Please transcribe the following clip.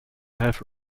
have